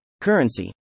currency